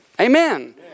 Amen